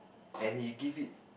and he give it